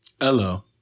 Hello